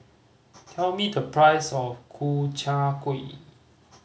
tell me the price of Ku Chai Kuih